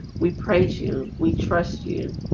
we praise you we trust you,